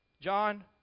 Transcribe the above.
John